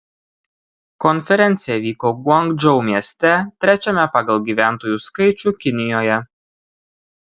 konferencija vyko guangdžou mieste trečiame pagal gyventojų skaičių kinijoje